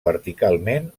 verticalment